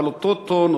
אבל אותו טון,